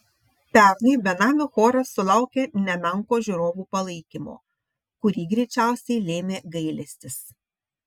pernai benamių choras sulaukė nemenko žiūrovų palaikymo kurį greičiausiai lėmė gailestis